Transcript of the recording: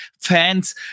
fans